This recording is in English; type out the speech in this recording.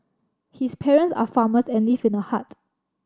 his parents are farmers and live in a hut